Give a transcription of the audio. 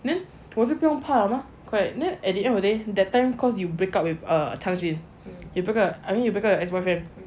then 我就不用怕了吗 correct at the end of the day that time cause you break up with err tang jun because I mean you breakup with your ex boyfriend